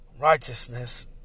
Righteousness